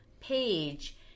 page